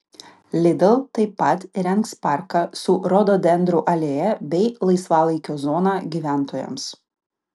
lidl taip pat įrengs parką su rododendrų alėja bei laisvalaikio zona gyventojams